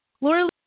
Laura